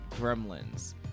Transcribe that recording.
Gremlins